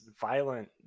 violent